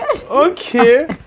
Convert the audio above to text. okay